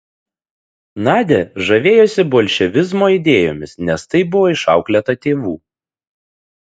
nadia žavėjosi bolševizmo idėjomis nes taip buvo išauklėta tėvų